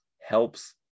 helps